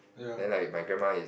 then like my grandma is